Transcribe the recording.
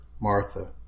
Martha